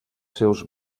seus